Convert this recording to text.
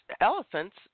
elephants